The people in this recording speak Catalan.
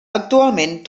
actualment